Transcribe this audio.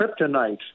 kryptonite